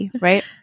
right